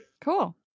Cool